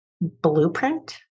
blueprint